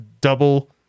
double